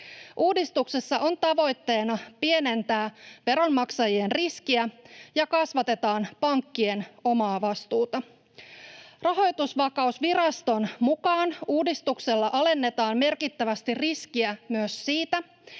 Uudistuksessa on tavoitteena pienentää veronmaksajien riskiä ja kasvattaa pankkien omaa vastuuta. Rahoitusvakausviraston mukaan uudistuksella alennetaan merkittävästi riskiä myös siitä,